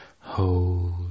Hold